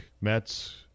Mets